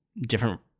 different